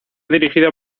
dirigido